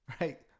Right